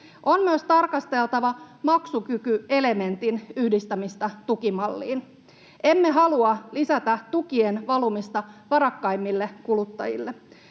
On myös tarkasteltava maksukykyelementin yhdistämistä tukimalliin. Emme halua lisätä tukien valumista varakkaimmille kuluttajille.